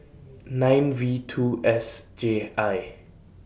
nine V two S J I